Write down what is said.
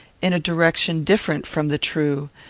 in a direction different from the true,